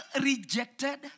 rejected